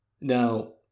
Now